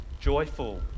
joyful